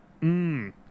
Mmm